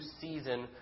season